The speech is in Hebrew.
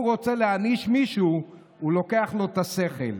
רוצה להעניש מישהו הוא לוקח לו את השכל.